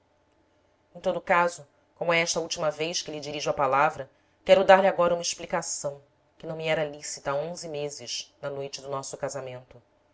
em todo o caso como é esta a última vez que lhe dirijo a palavra quero dar-lhe agora uma explicação que não me era lícita há onze meses na noite do nosso casamento